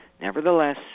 nevertheless